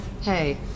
Hey